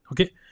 okay